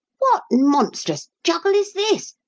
what monstrous juggle is this?